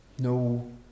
no